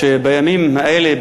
בימים האלה,